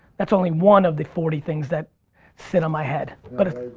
that's only one of the forty things that sit on my head. but